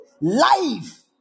Life